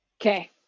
Okay